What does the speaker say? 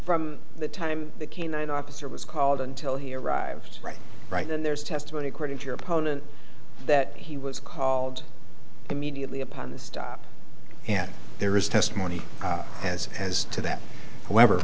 from the time the canine officer was called until he arrives right right then there's testimony according to your opponent that he was called immediately upon the stop and there is testimony has has to that however